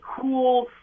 cool